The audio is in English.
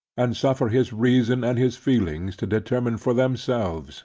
and suffer his reason and his feelings to determine for themselves